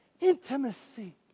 Intimacy